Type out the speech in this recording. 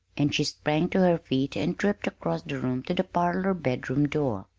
and she sprang to her feet and tripped across the room to the parlor-bedroom door.